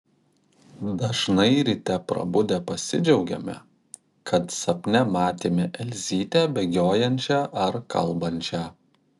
dažnai ryte prabudę pasidžiaugiame kad sapne matėme elzytę bėgiojančią ar kalbančią